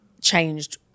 changed